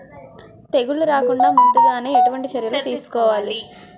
తెగుళ్ల రాకుండ ముందుగానే ఎటువంటి చర్యలు తీసుకోవాలి?